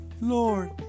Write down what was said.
Lord